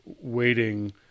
waiting